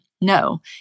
No